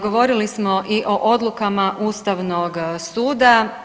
Govorili smo i o odlukama Ustavnog suda.